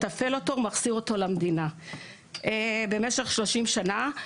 יתפעל אותו ויחזיר אותו למדינה במשך 30 שנה.